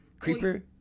creeper